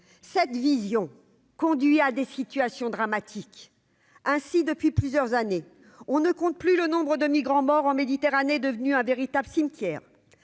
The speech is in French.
cette vision conduit à des situations dramatiques ainsi depuis plusieurs années, on ne compte plus le nombre de migrants morts en Méditerranée, devenu un véritable cimetière